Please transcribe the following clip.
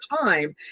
time